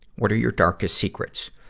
what are your darkest secrets?